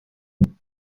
بفهمن